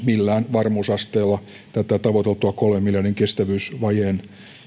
millään varmuusasteella tätä tavoiteltua kolmen miljardin kestävyysvajeen